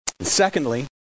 Secondly